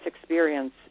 experience